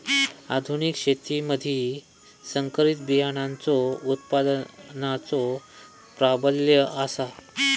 आधुनिक शेतीमधि संकरित बियाणांचो उत्पादनाचो प्राबल्य आसा